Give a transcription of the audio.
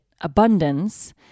abundance